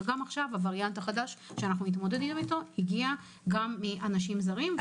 וגם עכשיו הווריאנט החדש שאנחנו מתמודדים איתו הגיע מאנשים זרים.